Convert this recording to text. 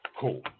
Cool